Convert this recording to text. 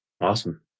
Awesome